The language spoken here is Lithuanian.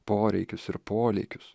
poreikius ir polėkius